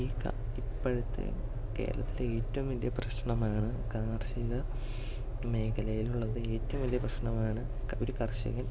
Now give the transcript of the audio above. ഇപ്പോഴത്തെ കേരളത്തിലെ ഏറ്റവും വലിയ പ്രശ്നമാണ് കാർഷിക മേഖലയിലുള്ളത് ഏറ്റവും വലിയ പ്രശ്നമാണ് ഒരു കർഷകൻ